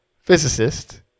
physicist